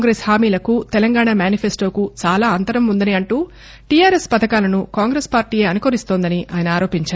కాంగ్రెస్ హామీలకు తెలంగాణ మేనిఫెస్టోకు చాలా అంతరం ఉందని అంటూ టీఆర్ఎస్ పథకాలను కాంగ్రెస్ పార్టీయే అనుకరిస్తోందని ఆయన ఆరోపించారు